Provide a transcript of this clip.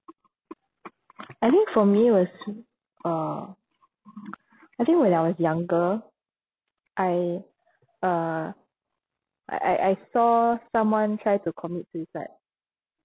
I think for me it was uh I think when I was younger I uh I I I saw someone try to commit suicide